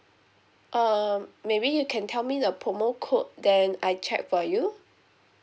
um maybe you can tell me the promo code then and I check for you